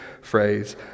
phrase